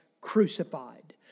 crucified